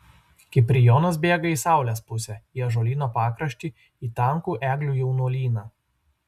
kiprijonas bėga į saulės pusę į ąžuolyno pakraštį į tankų eglių jaunuolyną